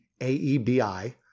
A-E-B-I